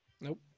Nope